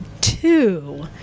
two